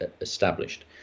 established